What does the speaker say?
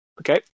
Okay